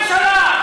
הייתם בממשלה.